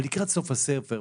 אבל לקראת סוף הספר,